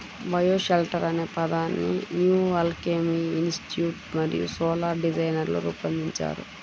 bioshelter అనే పదాన్ని new alchemy institute మరియు సోలార్ డిజైనర్లు రూపొందించారు